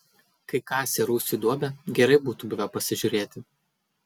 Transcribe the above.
kai kasė rūsiui duobę gerai būtų buvę pasižiūrėti